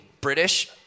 British